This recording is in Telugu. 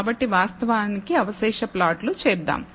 కాబట్టి వాస్తవానికి అవశేష ప్లాట్లు చేద్దాం